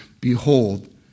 Behold